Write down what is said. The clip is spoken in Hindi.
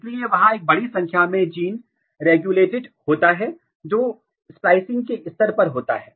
इसलिए वहाँ एक बड़ी संख्या में जीन विनियमन होता है जो स्पाइसिंग के स्तर पर होता है